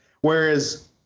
whereas